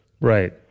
Right